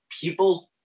people